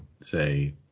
say